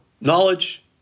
Knowledge